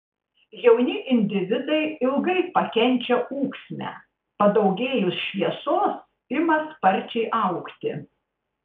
jauni individai ilgai pakenčia ūksmę padaugėjus šviesos ima sparčiai augti